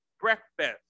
Breakfast